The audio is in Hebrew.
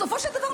בסופו של דבר,